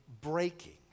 breaking